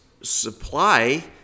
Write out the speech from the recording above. supply